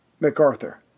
MacArthur